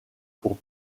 pour